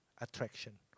attraction